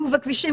ביוב וכבישים,